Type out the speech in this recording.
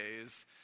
days